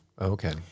Okay